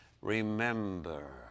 remember